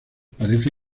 parece